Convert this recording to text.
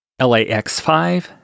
LAX5